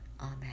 Amen